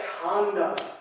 conduct